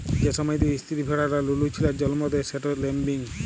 যে সময়তে ইস্তিরি ভেড়ারা লুলু ছিলার জল্ম দেয় সেট ল্যাম্বিং